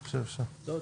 תודה.